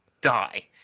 die